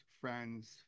friends